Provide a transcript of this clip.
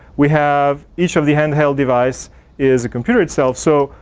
we have each of the hand held device is a computer itself. so,